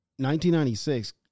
1996